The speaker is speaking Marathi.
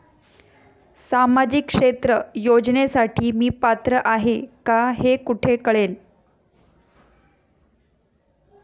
सामाजिक क्षेत्र योजनेसाठी मी पात्र आहे का हे कुठे कळेल?